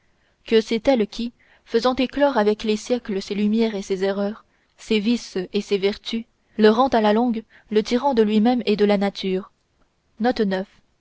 que c'est elle qui faisant éclore avec les siècles ses lumières et ses erreurs ses vices et ses vertus le rend à la longue le tyran de lui-même et de la nature